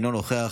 אינו נוכח.